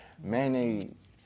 Mayonnaise